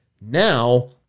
now